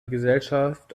gesellschaft